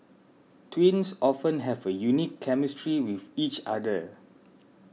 twins often have a unique chemistry with each other